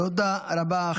תודה רבה.